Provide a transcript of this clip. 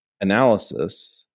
analysis